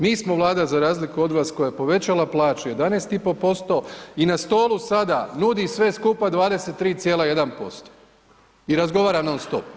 Mi smo Vlada, za razliku od vas, koja je povećala plaće 11,5% i na stolu sada nudi sve skupa 23,1% i razgovara non stop.